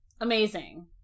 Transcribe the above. Amazing